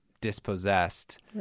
dispossessed